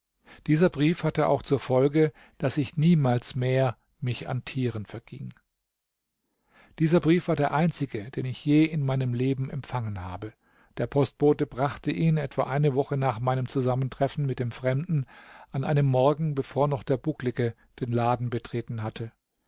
dieser brief hatte auch zur folge daß ich niemals mehr mich an tieren verging dieser brief war der einzige den ich je in meinem leben empfangen habe der postbote brachte ihn etwa eine woche nach meinem zusammentreffen mit dem fremden an einem morgen bevor noch der bucklige den laden betreten hatte